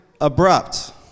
abrupt